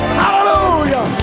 hallelujah